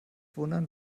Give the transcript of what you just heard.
wundern